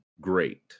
great